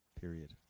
period